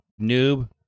noob